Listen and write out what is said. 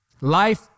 Life